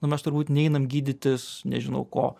nu mes turbūt neinam gydytis nežinau ko